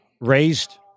raised